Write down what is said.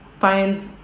find